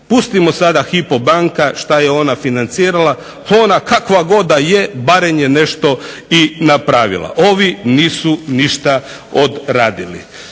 Pustimo sada Hypo banka što je ona financirala, ona kakva god da je barem je nešto i napravila, ovi nisu ništa odradili.